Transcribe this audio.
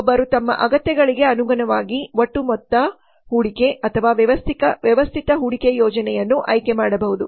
ಒಬ್ಬರು ತಮ್ಮ ಅಗತ್ಯಗಳಿಗೆ ಅನುಗುಣವಾಗಿ ಒಟ್ಟು ಮೊತ್ತ ಹೂಡಿಕೆ ಅಥವಾ ವ್ಯವಸ್ಥಿತ ಹೂಡಿಕೆ ಯೋಜನೆಯನ್ನು ಆಯ್ಕೆ ಮಾಡಬಹುದು